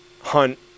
Hunt